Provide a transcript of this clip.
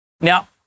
Now